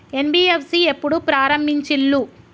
NBFC ఎప్పుడు ప్రారంభించిల్లు?